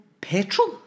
Petrol